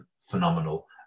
phenomenal